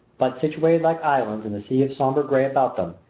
but, situated like islands in the sea of sombre gray about them,